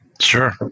Sure